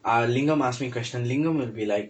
ah lingam ask me question lingam will be like